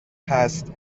هست